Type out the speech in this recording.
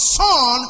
son